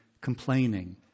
complaining